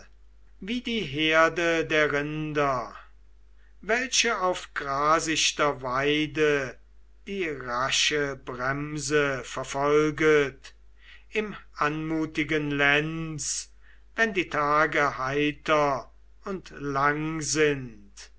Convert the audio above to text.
wie die herde der rinder welche auf grasichter weide die rasche bremse verfolget im anmutigen lenz wenn die tage heiter und lang sind